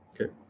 Okay